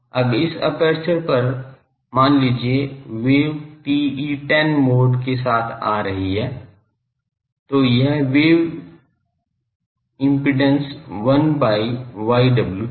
अब इस एपर्चर पर मान लीजिए वेव TE10 मोड के साथ आ रही थी तो यह वेव इम्पिडेन्स 1 by yw था